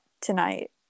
tonight